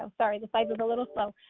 um sorry, the slide was a little slow,